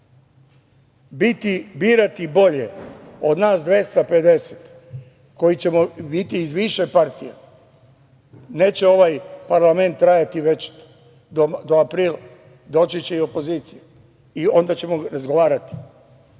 birati bolje od nas 250 koji ćemo biti iz više partija? Neće ovaj parlament trajati večito, do aprila. Doći će i opozicija i onda ćemo razgovarati,